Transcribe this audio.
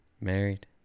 Married